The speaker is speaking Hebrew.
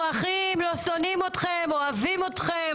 אנחנו אחים, לא שונאים אתכם, אוהבים אתכם.